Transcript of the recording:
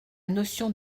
notion